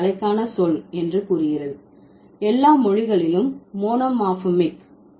இது தலைக்கான சொல் என்று கூறுகிறது எல்லா மொழிகளிலும் மோனோமார்பெமிக்